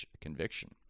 conviction